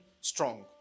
strong